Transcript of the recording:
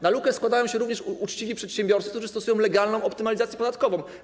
Na lukę składają się również uczciwi przedsiębiorcy, którzy stosują legalną optymalizację podatkową.